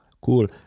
cool